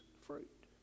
fruit